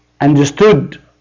understood